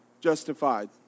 justified